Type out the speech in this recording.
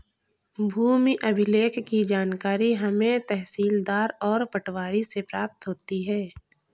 भूमि अभिलेख की जानकारी हमें तहसीलदार और पटवारी से प्राप्त होती है